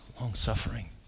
long-suffering